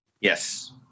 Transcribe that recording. Yes